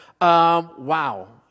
wow